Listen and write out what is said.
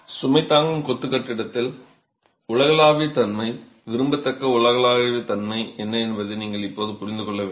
சுமை தாங்கும் கொத்து கட்டிடத்தில் உலகளாவிய தன்மை விரும்பத்தக்க உலகளாவிய தன்மை என்ன என்பதை நீங்கள் இப்போது புரிந்து கொள்ள வேண்டும்